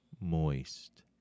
Moist